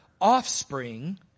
offspring